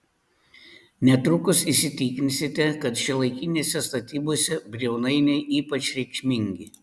netrukus įsitikinsite kad šiuolaikinėse statybose briaunainiai ypač reikšmingi